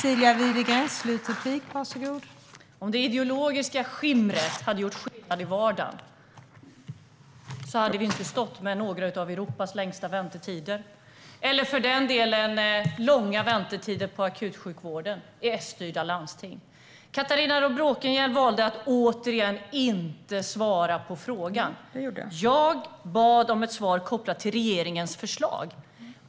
Fru talman! Om det ideologiska skimret hade gjort skillnad i vardagen hade vi inte haft några av Europas längsta väntetider och långa väntetider i akutsjukvården i S-styrda landsting. Catharina Bråkenhielm valde återigen att inte svara på frågan. Jag bad om ett svar kopplat till regeringens förslag.